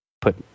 put